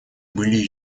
были